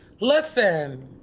Listen